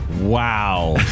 Wow